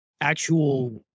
actual